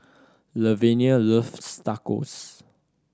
Lavenia loves Tacos